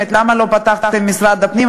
למה לא פתחתם משרד הפנים?